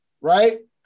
right